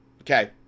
okay